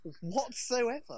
whatsoever